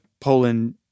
Poland